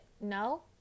No